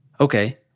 okay